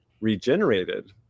regenerated